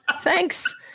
thanks